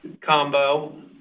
combo